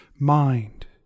mind